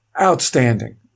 Outstanding